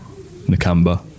Nakamba